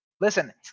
listen